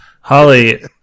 Holly